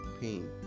pain